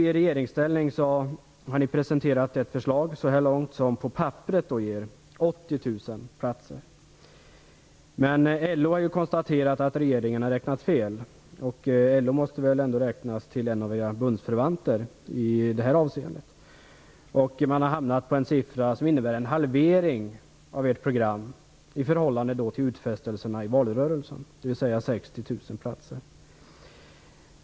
I regeringsställning har ni så här långt presenterat ett förslag som på papperet ger 80 000 platser. Men LO har konstaterat att regeringen har räknat fel. LO måste väl ändå räknas till en av era bundsförvanter i detta avseende.